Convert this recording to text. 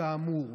כאמור.